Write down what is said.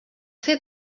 fer